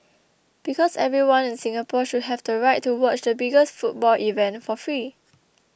because everyone in Singapore should have the right to watch the biggest football event for free